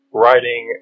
writing